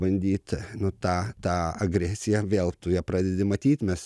bandyt nu tą tą agresiją vėl tu ją pradedi matyt mes